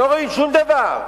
לא רואים שום דבר.